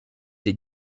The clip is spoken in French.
des